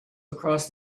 across